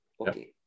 okay